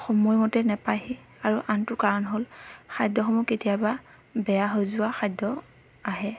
সময় মতে নাপায়হি আৰু আনটো কাৰণ হ'ল খাদ্যসমূহ কেতিয়াবা বেয়া হৈ যোৱা খাদ্য আহে